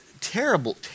terrible